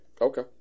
Okay